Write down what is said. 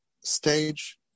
stage